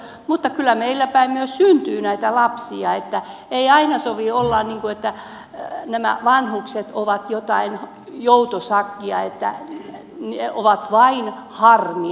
mutta kyllä meillä päin myös syntyy lapsia että ei aina sovi olla niin kuin nämä vanhukset olisivat jotain joutosakkia että ovat vain harmia